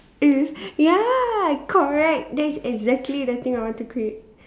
mm ya correct that's exactly the thing I want to create